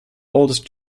oldest